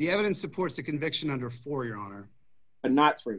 the evidence supports a conviction under for your honor and not for